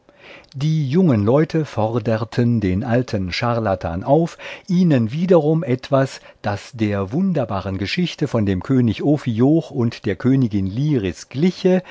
die jungen leute forderten den alten charlatan auf ihnen wiederum etwas das der wunderbaren geschichte von dem könig ophioch und der königin liris gliche